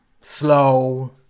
slow